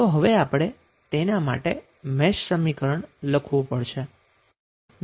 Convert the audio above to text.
તો હવે આપણે તેના માટે મેશ સમીકરણ લખવું પડશે